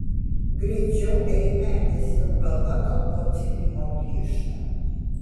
greičiau eime nes jau galva nuo to cypimo plyšta